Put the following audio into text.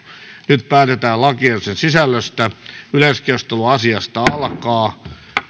nyt päätetään lakiehdotuksen sisällöstä yleiskeskustelu asiasta alkaa